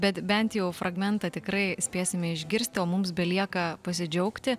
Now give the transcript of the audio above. bet bent jau fragmentą tikrai spėsime išgirsti o mums belieka pasidžiaugti